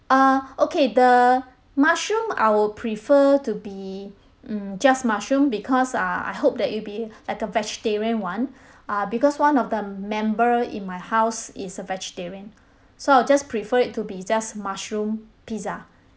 uh okay the mushroom I will prefer to be mm just mushroom because uh I hope that it'll be like a vegetarian one uh because one of the member in my house is a vegetarian so I'll just prefer it to be just mushroom pizza